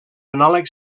anàleg